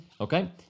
Okay